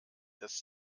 dass